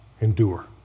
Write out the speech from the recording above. endure